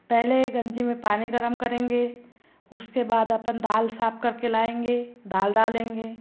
पहले गंजी में पानी गर्म केरेंगे उसके बाद अपन दाल साफ करके लाएंगे दाल डालेंगे